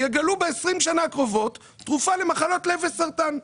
יגלו ב-20 שנה הקרובות תרופה למחלות לב וסרטן.